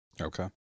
Okay